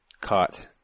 caught